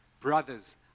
Brothers